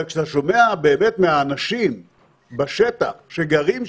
כשאתה שומע באמת מאנשים בשטח שגרים שם,